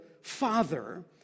Father